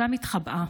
שם התחבאה.